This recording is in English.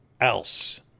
else